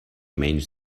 menys